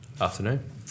Afternoon